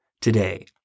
today